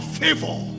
favor